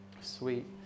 sweet